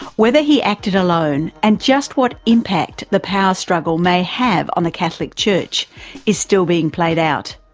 whether he acted alone, and just what impact the power struggle may have on the catholic church is still being played out.